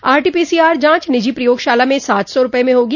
RTPCR जॉच निजी प्रयोगशाला में सात सौ रूपये में होगी